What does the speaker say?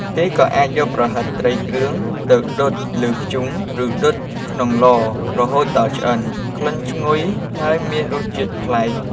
គេក៏អាចយកប្រហិតត្រីគ្រឿងទៅដុតលើធ្យូង ឬដុតក្នុងឡរហូតដល់ឆ្អិន ក្លិនឈ្ងុយ ហើយមានរសជាតិប្លែក។